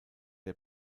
der